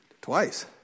Twice